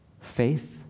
Faith